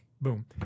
boom